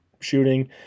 shooting